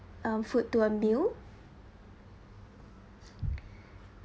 um food to one meal